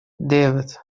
девять